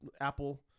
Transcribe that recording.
apple